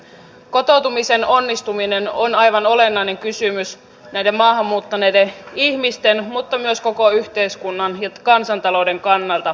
kotoutumisen onnistuminen on aivan olennainen kysymys näiden maahan muuttaneiden ihmisten mutta myös koko yhteiskunnan ja kansantalouden kannalta